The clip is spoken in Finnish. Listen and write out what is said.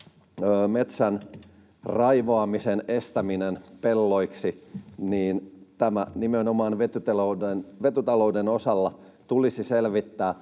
metsän raivaamisen estäminen pelloiksi, niin tämä nimenomaan vetytalouden osalta tulisi selvittää,